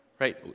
Right